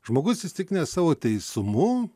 žmogus įsitikinęs savo teisumu